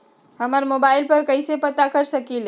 हम मोबाइल पर कईसे पता कर सकींले?